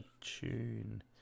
tune